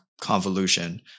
convolution